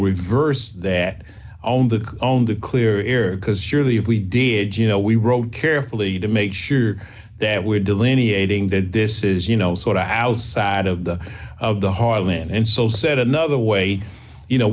reversed that own the own the clear ear because surely if we did you know we wrote carefully to make sure that we're delineating that this is you know sort of outside of the of the heartland and so said another way you know